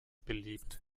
beliebt